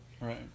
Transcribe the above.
Right